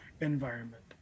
environment